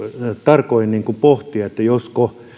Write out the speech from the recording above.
tarkoin pohtia että josko